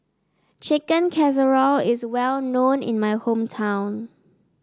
Chicken Casserole is well known in my hometown